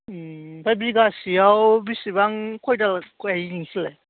ओमफ्राय बिगासेयाव बेसेबां खय दाल गायो नोंसोरलाय